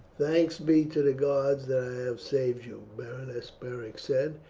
thanks be to the gods that i have saved you, berenice, beric said,